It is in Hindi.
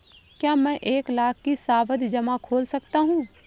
क्या मैं एक लाख का सावधि जमा खोल सकता हूँ?